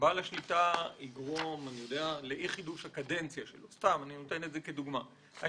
בעל השליטה יגרום סתם אני נותן את זה כדוגמה - לאי חידוש הקדנציה שלו.